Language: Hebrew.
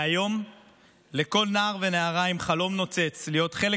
מהיום לכל נער ונערה עם חלום נוצץ להיות חלק